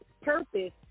purpose